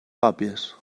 còpies